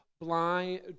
blind